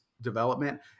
development